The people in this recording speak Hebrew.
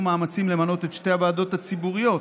מאמצים למנות את שתי הוועדות הציבוריות